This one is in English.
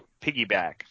piggyback